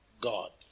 God